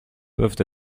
peuvent